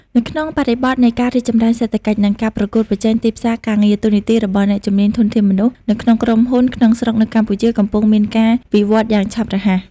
នៅក្នុងបរិបទនៃការរីកចម្រើនសេដ្ឋកិច្ច និងការប្រកួតប្រជែងទីផ្សារការងារ តួនាទីរបស់អ្នកជំនាញ ធនធានមនុស្ស នៅក្នុងក្រុមហ៊ុនក្នុងស្រុកនៅកម្ពុជាកំពុងមានការវិវឌ្ឍយ៉ាងឆាប់រហ័ស។